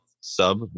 sub